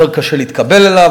יותר קשה להתקבל אליו,